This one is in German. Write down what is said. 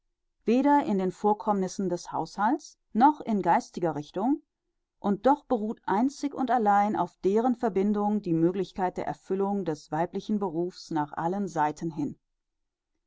weder in den vorkommnissen des haushalts noch in geistiger richtung und doch beruht einzig und allein auf deren verbindung die möglichkeit der erfüllung des weiblichen berufs nach allen seiten hin